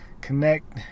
connect